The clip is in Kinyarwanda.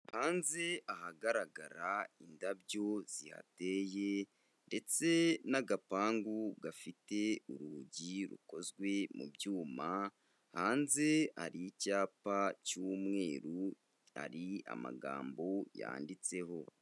Hanze ahagaragara indabyo zihateye ndetse n'agapangu gafite urugi rukozwe mu byuma, hanze hari icyapa cy'umweru hari amagambo yanditseho.